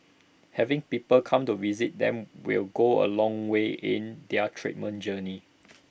having people come to visit them will go A long way in their treatment journey